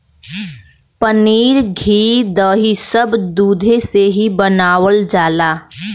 पनीर घी दही सब दुधे से ही बनावल जाला